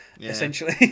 essentially